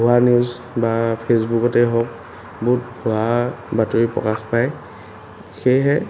ভুৱা নিউজ বা ফেচবুকতে হওক বহুত ভুৱা বাতৰি প্ৰকাশ পায় সেইয়েহে